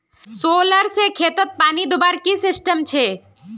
Solar से खेतोत पानी दुबार की सिस्टम छे?